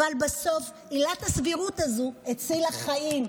אבל בסוף עילת הסבירות הזו הצילה חיים.